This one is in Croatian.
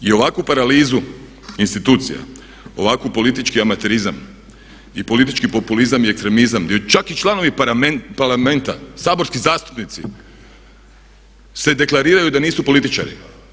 I ovakvu paralizu institucija, ovakav politički amaterizam i politički populizam i ekstremizam gdje čak i članovi Parlamenta, saborski zastupnici se deklariraju da nisu političari.